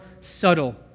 subtle